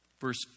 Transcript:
Verse